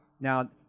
Now